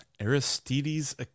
Aristides